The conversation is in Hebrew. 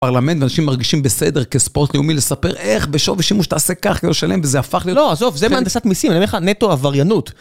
פרלמנט ואנשים מרגישים בסדר כספורט לאומי לספר איך בשווי שימוש שאתה עושה ככה כאילו שלם וזה הפך להיות... לא, עזוב, זה בהנדסת מיסים, אני אומר לך נטו-עבריינות.